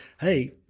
hey